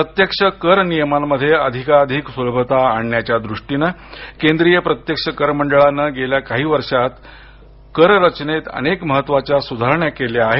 प्रत्यक्ष कर नियमांत अधिकाधिक सुलभता आणण्याच्या दृष्टीनं केंद्रीय प्रत्यक्ष कर मंडळानं गेल्या काही वर्षात कर रचनेत अनेक महत्त्वाच्या सुधारणा केल्या आहेत